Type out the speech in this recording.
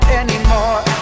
anymore